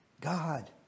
God